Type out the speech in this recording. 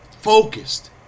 focused